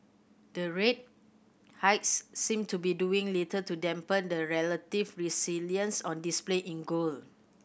the rate hikes seem to be doing little to dampen the relative resilience on display in gold